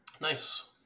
Nice